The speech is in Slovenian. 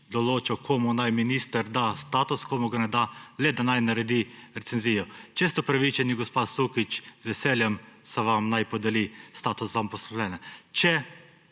določal, komu naj minister da status, komu ga ne da, le da naj naredi recenzijo. Če ste upravičeni, gospa Sukič, z veseljem, naj se vam podeli status samozaposlene. Če